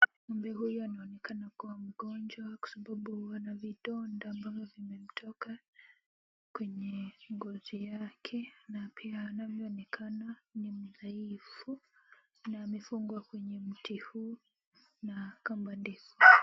Ng'ombe huyu anaonekana kuwa mgonjwa kwa sababu ana vidonda mpaka vimemtoka kwenye ngozi yake na pia anavyooneka ni mdhaifu na amefungwa kwenye mti huu na kamba ndefu.